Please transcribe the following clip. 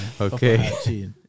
Okay